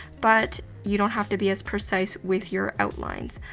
but you don't have to be as precise with your outlines.